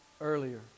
earlier